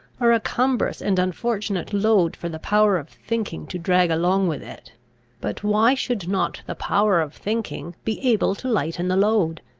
are a cumbrous and unfortunate load for the power of thinking to drag along with it but why should not the power of thinking be able to lighten the load,